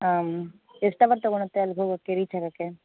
ಹಾಂ ಎಷ್ಟು ಅವರ್ ತಗೊಳುತ್ತೆ ಅಲ್ಲಿಗೆ ಹೋಗೋಕ್ಕೆ ರೀಚ್ ಆಗೋಕ್ಕೆ